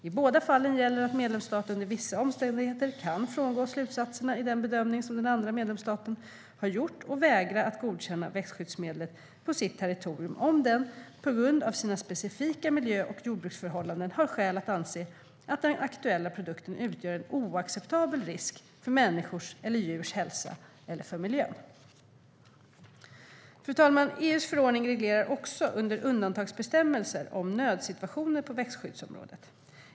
I båda fallen gäller att en medlemsstat under vissa omständigheter kan frångå slutsatserna i den bedömning som den andra medlemsstaten har gjort och vägra att godkänna växtskyddsmedlet på sitt territorium om den, på grund av sina specifika miljö eller jordbruksförhållanden, har skäl att anse att den aktuella produkten utgör en oacceptabel risk för människors eller djurs hälsa eller för miljön.EU:s förordning reglerar också undantagsbestämmelser om nödsituationer på växtskyddsområdet.